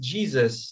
Jesus